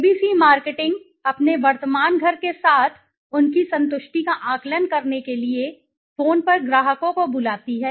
ABC marketing अपने वर्तमान घर के साथ उनकी संतुष्टि का आकलन करने के लिए फोन पर ग्राहकों को बुलाती है